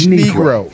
negro